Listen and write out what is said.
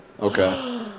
okay